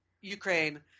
Ukraine